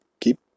keep